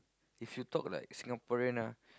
if you take like Singaporean ah